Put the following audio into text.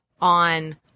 on